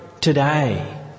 today